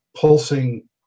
pulsing